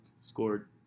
scored